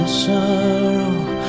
sorrow